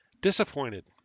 disappointed